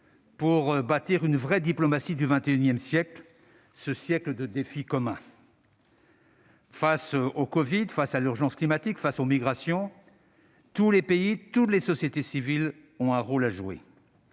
pour bâtir une vraie diplomatie du XXI siècle, ce siècle de défis communs. Face au covid, face à l'urgence climatique, face aux migrations, tous les pays, toutes les sociétés civiles ont un rôle à jouer.